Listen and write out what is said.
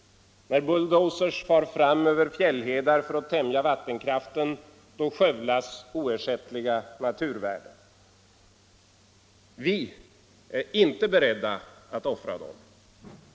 När bulldozers far fram över fjällhedar för att tämja vattenkraften, skövlas oersättliga naturvärden. Vi är inte beredda att offra dem.